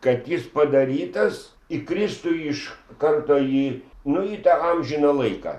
kad jis padarytas įkristų iš karto į nu į tą amžiną laiką